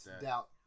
doubt